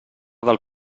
del